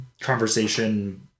conversation